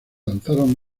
lanzaron